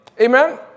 Amen